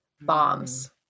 bombs